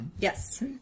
Yes